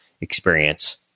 experience